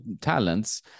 talents